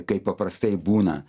kaip paprastai būna